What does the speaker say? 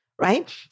Right